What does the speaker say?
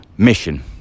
Mission